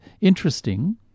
interesting